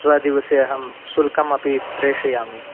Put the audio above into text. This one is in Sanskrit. स्वदिवसे अहम् सुल्कमपि प्रेषयामि